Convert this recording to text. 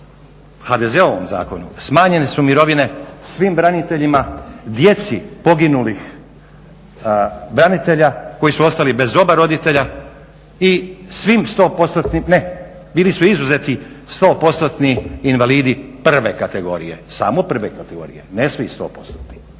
HDZ-ovom zakonu smanjene su mirovine svim braniteljima, djeci poginulih branitelja koji su ostali bez oba roditelja i svim 100%, ne bili su izuzeti 100%-ni invalidi prve kategorije, samo prve kategorije ne svi 100%-ni.